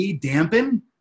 dampen